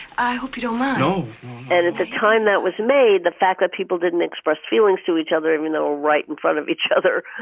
i hope you don't mind and a time that was made, the fact that people didn't express feelings to each other, even though right in front of each other,